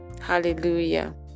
Hallelujah